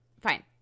Fine